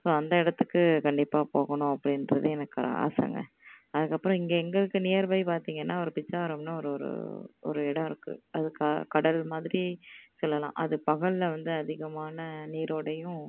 so அந்த இடத்துக்கு கண்டிப்பாக போகணும் அப்படின்றது எனக்கொரு ஆசைங்க அதற்கப்பறம் இங்கே எங்கள்க்கு நியர் பை பார்த்திங்கன்னா ஒரு பிச்சாவரம்னு ஒரு ஒரு ஒரு இடம் இருக்கு அது க கடல் மாதிரி சொல்லலாம் அது பகலில் வந்து அதிகமான நீரோடையும்